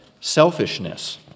selfishness